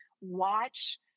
watch